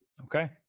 Okay